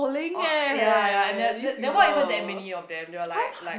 oh ya ya and there there weren't even that many of them they were like like